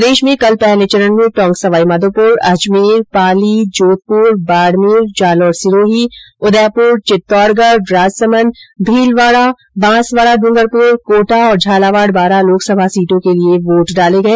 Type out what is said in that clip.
प्रदेश में कल पहले चरण में टोंक सवाईमाधोपुर अजमेर पाली जोधपुर बाडमेर जालोर सिरोही उदयपुर चित्तौड़गढ राजसमंद भीलवाडा बांसवाडा डूंगरपुर कोटा तथा झालावाड बारां लोकसभा सीटों के लिए वोट डाले गए